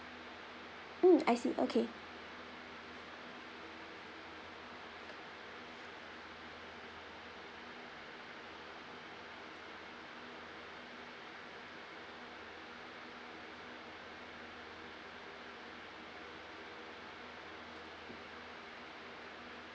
mm I see okay